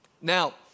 Now